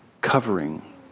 covering